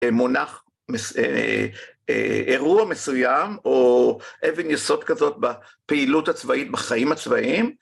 מונח אירוע מסוים או אבן יסוד כזאת בפעילות הצבאית בחיים הצבאיים.